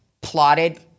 plotted